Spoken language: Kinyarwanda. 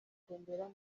gutembera